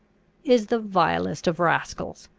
is the vilest of rascals.